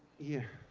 yeah,